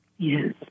Yes